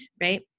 right